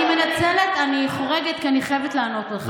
אני חורגת כי אני חייבת לענות לך,